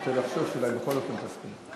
נוטה לחשוב שאולי בכל זאת אתם תסכימו.